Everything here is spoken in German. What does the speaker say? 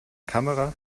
kamera